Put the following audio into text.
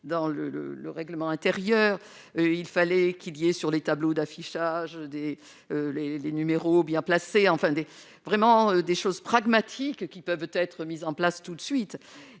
le le règlement intérieur, il fallait qu'il y ait sur les tableaux d'affichage dès les les numéros bien placé en fin de vraiment des choses pragmatiques qui peuvent être mises en place tout de suite